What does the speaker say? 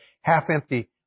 half-empty